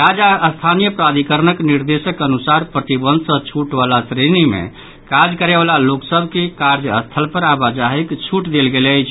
राज्य आ स्थानीय प्राधिकरणक निर्देश अनुसार प्रतिबंध सॅ छूट वला श्रेणी मे काज करयवला लोक सभ के कार्य स्थल पर आवाजाहीक छूट देल गेल अछि